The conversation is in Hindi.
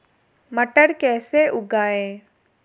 मटर कैसे उगाएं?